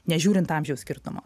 nežiūrint amžiaus skirtumo